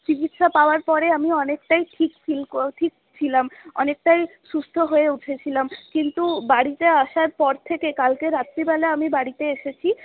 চিকিৎসা পাওয়ার পরে আমি অনেকটাই ঠিক ফিল ঠিক ছিলাম অনেকটাই সুস্থ হয়ে উঠেছিলাম কিন্তু বাড়িতে আসার পর থেকে কালকে রাত্রিবেলা আমি বাড়িতে এসেছি